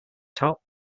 top